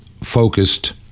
focused